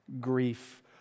grief